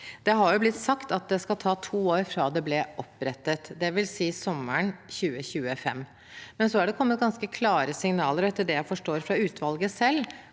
Det har blitt sagt at det skal ta to år fra det ble opprettet, dvs. til sommeren 2025. Men det har kommet ganske klare signaler, og etter det jeg forstår fra utvalget selv,